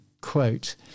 quote